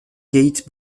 gate